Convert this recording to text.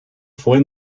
fue